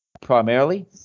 primarily